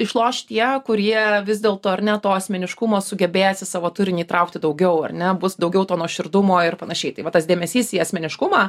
išloš tie kurie vis dėl to ar ne to asmeniškumo sugebės į savo turinį įtraukti daugiau ar nebus daugiau to nuoširdumo ir panašiai tai va tas dėmesys į asmeniškumą